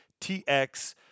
TX